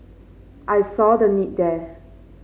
I saw the need there